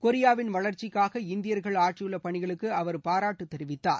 கொரியாவின் வளர்ச்சிக்காக இந்தியர்கள் ஆற்றியுள்ள பணிகளுக்கு அவர் பாராட்டு தெரிவித்தார்